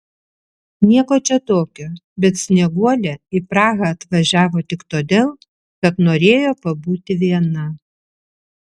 nieko čia tokio bet snieguolė į prahą atvažiavo tik todėl kad norėjo pabūti viena